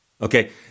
Okay